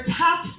top